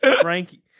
Frankie